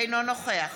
אינו נוכח